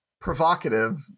provocative